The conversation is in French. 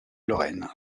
lorraine